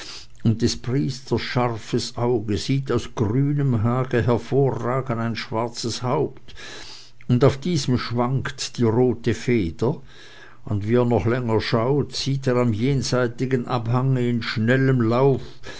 und des priesters scharfes auge sieht aus grünem hage hervorragen ein schwarzes haupt und auf diesem schwankt die rote feder und wie er noch länger schaut sieht er am jenseitigen abhange in schnellstem laufe